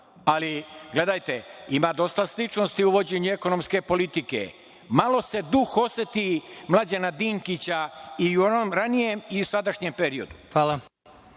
Ali, gledajte ima dosta sličnosti u vođenju ekonomske politike. Malo se duh oseti Mlađana Dinkića i u onom ranijem i sadašnjem periodu.